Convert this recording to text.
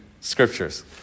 scriptures